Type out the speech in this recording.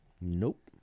Nope